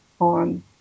on